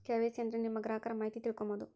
KYC ಅಂದ್ರೆ ನಿಮ್ಮ ಗ್ರಾಹಕರ ಮಾಹಿತಿ ತಿಳ್ಕೊಮ್ಬೋದು